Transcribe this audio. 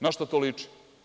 Na šta to liči.